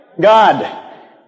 God